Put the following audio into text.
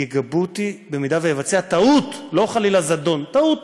יגבו אותי אם אבצע טעות, לא חלילה זדון, טעות